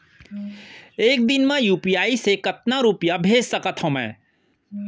एक दिन म यू.पी.आई से कतना रुपिया भेज सकत हो मैं?